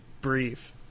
brief